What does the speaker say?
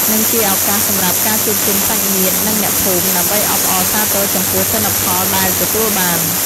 និងជាឱកាសសម្រាប់ ការជួបជុំសាច់ញាតិ និងអ្នកភូមិ ដើម្បីអបអរសាទរចំពោះទិន្នផលដែលទទួលបាន។